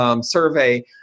survey